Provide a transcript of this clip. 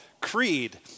Creed